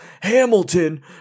Hamilton